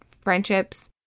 friendships